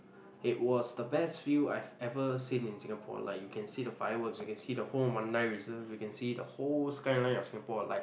it was the best view I've ever seen in Singapore like you can see the fireworks you can see the whole Mandai reserve you can see the whole skyline of Singapore like